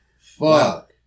Fuck